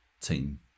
team